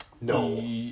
No